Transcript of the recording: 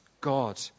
God